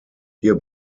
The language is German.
hier